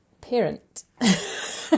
parent